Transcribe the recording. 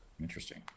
Interesting